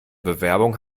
bewerbung